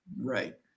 right